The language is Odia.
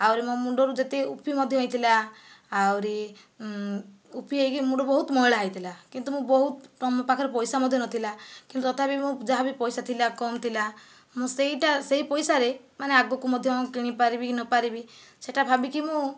ଆହୁରି ମୋ ମୁଣ୍ଡରୁ ଯେତିକି ଉପି ମଧ୍ୟ ହୋଇଥିଲା ଆହୁରି ଉପି ହୋଇକି ମୁଣ୍ଡ ବହୁତ ମଇଳା ହୋଇଥିଲା କିନ୍ତୁ ମୁଁ ବହୁତ ମୋ ପାଖରେ ପଇସା ମଧ୍ୟ ନଥିଲା କିନ୍ତୁ ତଥାପି ମୁଁ ଯାହା ବି ପଇସା ଥିଲା କମ୍ ଥିଲା ମୁଁ ସେଇଟା ସେଇ ପଇସାରେ ମାନେ ଆଗକୁ ମଧ୍ୟ କିଣିପାରିବି କି ନ ପାରିବି ସେ'ଟା ଭାବିକି ମୁଁ